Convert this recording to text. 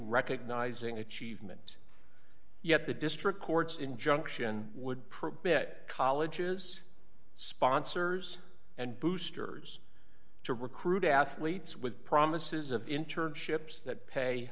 recognizing achievement yet the district court's injunction would probe it colleges sponsors and boosters to recruit athletes with promises of internships that pay